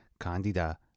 Candida